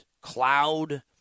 cloud